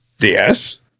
Yes